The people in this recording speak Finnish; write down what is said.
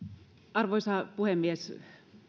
arvoisa puhemies